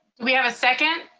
we have a second?